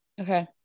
Okay